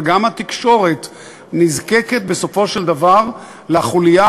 אבל גם התקשורת נזקקת בסופו של דבר לחוליה